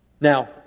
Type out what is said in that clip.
Now